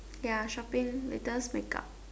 ya shopping latest make up